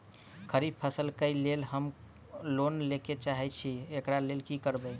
खरीफ फसल केँ लेल हम लोन लैके चाहै छी एकरा लेल की करबै?